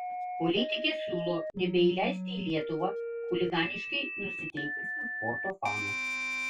politikė siūlo nebeįleisti į lietuvą chuliganiškai nusiteikusių sporto fanų